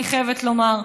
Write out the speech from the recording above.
אני חייבת לומר.